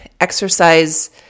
exercise